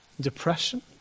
depression